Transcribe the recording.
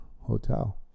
hotel